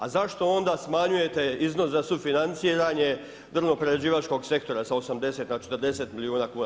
A zašto onda smanjujete iznos za sufinanciranje drvno prerađivačkog sektora sa 80 na 40 milijuna kuna?